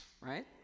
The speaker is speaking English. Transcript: right